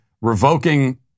revoking